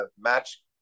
match